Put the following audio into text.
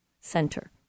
center